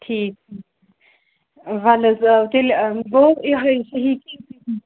ٹھیٖک وَلہٕ حظ ٲں تیٚلہِ گوٚو یُِہے سہی